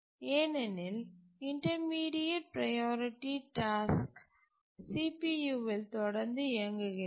ஏனெனில் intermediate priority task CPU இல் தொடர்ந்து இயங்குகின்றன